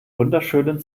wunderschönen